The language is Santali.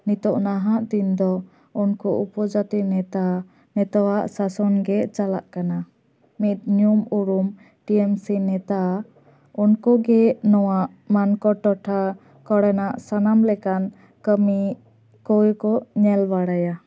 ᱱᱤᱛᱚᱜ ᱱᱟᱦᱟᱜ ᱫᱤᱱ ᱫᱚ ᱩᱱᱠᱩ ᱩᱯᱚᱡᱟᱛᱤ ᱱᱮᱛᱟ ᱱᱤᱛᱚᱜᱼᱟᱜ ᱥᱟᱥᱚᱱ ᱜᱮ ᱪᱟᱞᱟᱜ ᱠᱟᱱᱟ ᱢᱤᱫ ᱧᱩᱢ ᱩᱨᱩᱢ ᱴᱤ ᱮᱢ ᱥᱤ ᱱᱮᱛᱟ ᱩᱱᱠᱩ ᱜᱮ ᱱᱚᱣᱟ ᱢᱟᱱᱠᱚᱲ ᱴᱚᱴᱷᱟ ᱠᱚᱨᱮᱱᱟᱜ ᱥᱟᱱᱟᱢ ᱞᱮᱠᱟᱱ ᱠᱟᱹᱢᱤ ᱠᱚᱜᱮ ᱠᱚ ᱧᱮᱞ ᱵᱟᱲᱟᱭᱟ